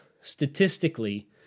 statistically